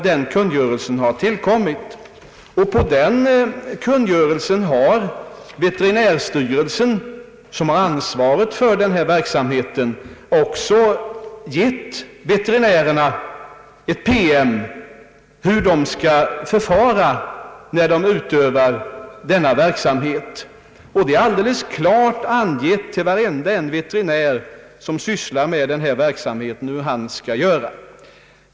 I anslutning till kungörelsen har veterinärstyrelsen, som har ansvaret för verksamheten, också utarbetat en PM för veterinärerna om hur de skall förfara. Varenda veterinär som sysslar med verksamheten vid tävlingsbanorna har sålunda klart angivet för sig hur han skall göra.